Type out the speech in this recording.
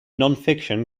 nonfiction